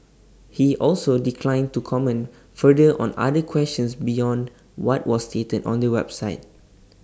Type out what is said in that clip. he also declined to comment further on other questions beyond what was stated on the website